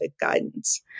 guidance